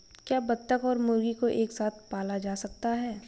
क्या बत्तख और मुर्गी को एक साथ पाला जा सकता है?